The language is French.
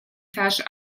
taches